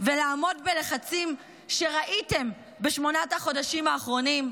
ולעמוד בלחצים שראיתם בשמונת החודשים האחרונים?